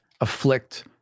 afflict